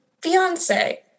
fiance